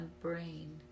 brain